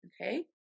Okay